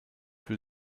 für